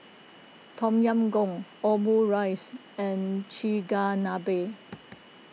Tom Yam Goong Omurice and Chigenabe